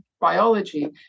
biology